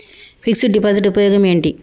Fix డ్ deposit ఉపయోగం ఏంటి?